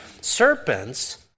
Serpents